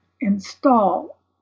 install